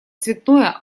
цветное